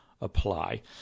apply